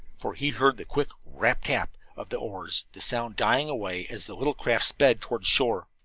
for he heard the quick rap-rap of the oars, the sound dying away as the little craft sped toward shore.